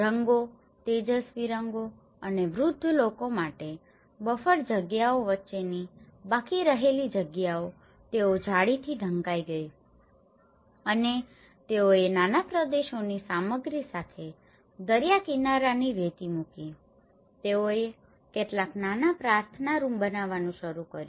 રંગો તેજસ્વી રંગો અને વૃદ્ધ લોકો માટે બફર જગ્યાઓ વચ્ચેની બાકી રહેલી જગ્યાઓ તેઓ જાળીથી ઢંકાઈ ગઈ અને તેઓએ નાના પ્રદેશોની સામગ્રી સાથે દરીયા કિનારાની રેતી મૂકી તેઓએ કેટલાક નાના પ્રાર્થના રૂમ બનાવવાનું શરૂ કર્યું